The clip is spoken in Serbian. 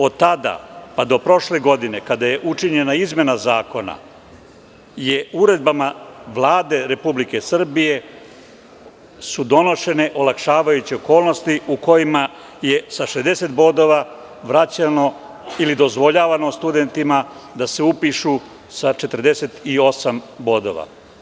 Od tada pa do prošle godine, kada je učinjena izmena Zakona, uredbama Vlade Republike Srbije su donošene olakšavajuće okolnosti u kojima je sa 60 bodova dozvoljavano studentima da se upišu sa 48 bodova.